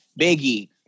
Biggie